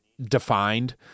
defined